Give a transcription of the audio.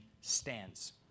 stands